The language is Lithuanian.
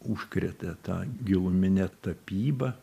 užkrėtė ta gilumine tapyba